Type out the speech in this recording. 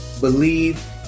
believe